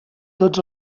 tots